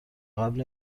قبل